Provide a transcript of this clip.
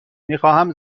میخواهم